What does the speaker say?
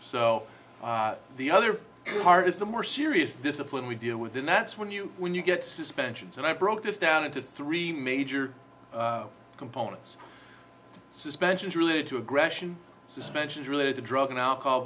o the other part is the more serious discipline we deal with and that's when you when you get suspensions and i broke this down into three major components suspensions related to aggression suspensions related to drug and alcohol